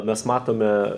mes matome